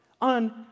on